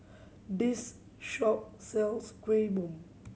this shop sells Kuih Bom